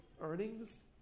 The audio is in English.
earnings